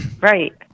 right